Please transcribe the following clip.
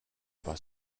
was